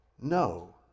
no